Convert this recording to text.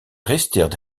resteert